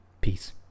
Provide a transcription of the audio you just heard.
Peace